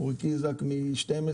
אורי איזק מ-12